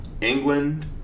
England